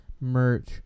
merch